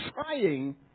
trying